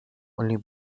only